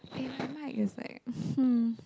eh the mic is like hmm